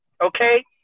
okay